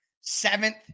seventh